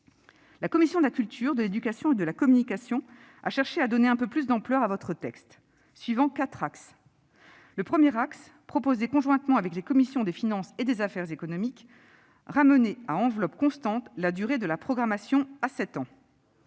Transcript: La commission de la culture, de l'éducation et de la communication a cherché à donner un peu plus d'ampleur à votre texte, suivant quatre axes. Le premier axe, que nous avons proposé conjointement avec les commissions des finances et des affaires économiques, consiste à ramener, à enveloppe constante, la durée de la programmation à sept ans.